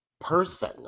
person